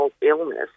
illness